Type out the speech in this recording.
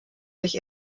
sich